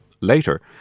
Later